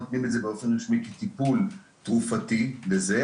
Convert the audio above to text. כטיפול תרופתי בזה,